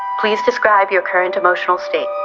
please describe your current emotional state